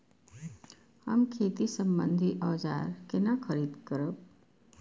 हम खेती सम्बन्धी औजार केना खरीद करब?